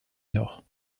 nord